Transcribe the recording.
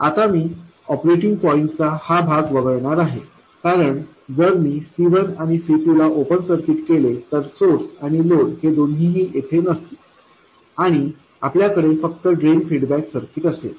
आता मी operating point चा हा भाग वगळणार आहे कारण जर मी C1 आणि C2 ला ओपन सर्किट केले तर सोर्स आणि लोड हे दोन्ही ही येथे नसतील आणि आपल्याकडे फक्त ड्रेन फीडबॅक सर्किट असेल